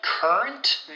Current